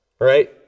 right